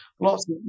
lots